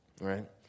right